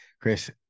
Chris